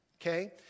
okay